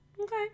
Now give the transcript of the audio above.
Okay